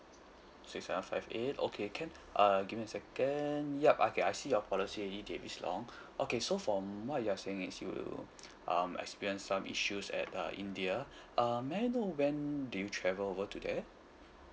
six seven five eight okay can uh give me a second yup okay I see your policy already davis long okay so for what you're saying is you um experience some issues at uh india um may I know when did you travel over to there